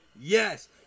Yes